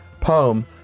poem